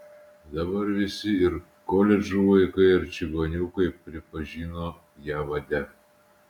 dabar visi ir koledžų vaikai ir čigoniukai pripažino ją vade